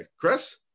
Chris